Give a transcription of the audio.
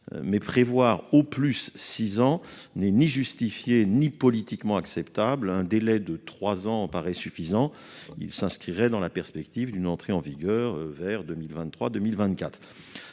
mais prévoir au plus six ans n'est ni justifié ni politiquement acceptable. Un délai de trois ans est suffisant : il s'inscrirait dans la perspective d'une entrée en vigueur vers 2023 ou 2024.